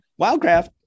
wildcraft